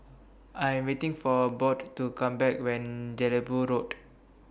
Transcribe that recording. I Am waiting For Bode to Come Back when Jelebu Road